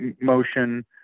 motion